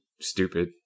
stupid